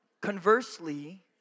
conversely